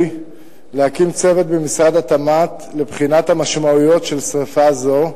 להקים צוות במשרד התמ"ת לבחינת המשמעויות של שרפה זו,